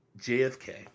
JFK